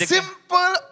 Simple